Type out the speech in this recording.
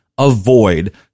avoid